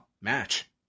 match